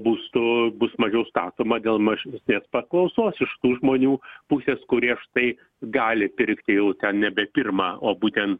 būstų bus mažiau statoma dėl mažesnės paklausos iš tų žmonių pusės kurie štai gali pirkti jau nebe pirmą o būtent